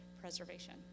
preservation